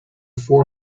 four